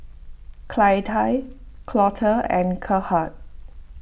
Clytie Colter and Gerhard